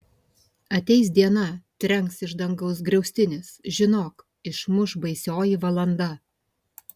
ateis diena trenks iš dangaus griaustinis žinok išmuš baisioji valanda